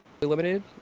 eliminated